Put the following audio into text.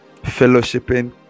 fellowshipping